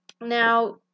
Now